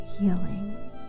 healing